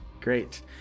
Great